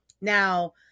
Now